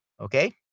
Okay